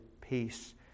peace